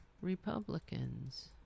Republicans